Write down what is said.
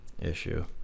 issue